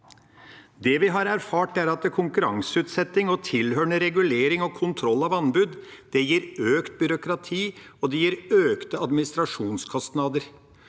Det vi har erfart, er at konkurranseutsetting og tilhørende regulering og kontroll av anbud gir økt byråkrati, og det gir økte administrasjonskostnader.